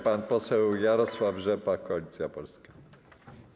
Pan poseł Jarosław Rzepa, Koalicja Polska.